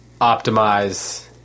optimize